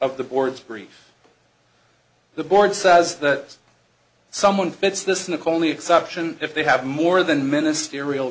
of the board's brief the board says that someone fits this nick only exception if they have more than ministerial